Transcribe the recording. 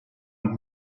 und